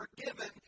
forgiven